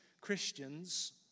Christians